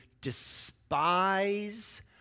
despise